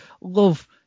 love